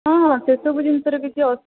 ହଁ ହଁ ସେସବୁ ଜିନିଷରେ କିଛି ଅ